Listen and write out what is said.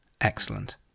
Excellent